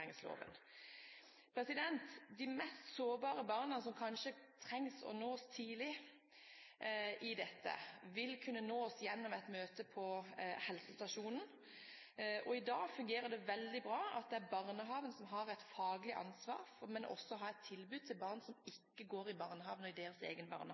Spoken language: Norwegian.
De mest sårbare barna, som kanskje trengs å nås tidlig, vil kunne nås gjennom et møte på helsestasjonen. I dag fungerer det veldig bra at det er barnehagen som har et faglig ansvar, men at man også har et tilbud til barn som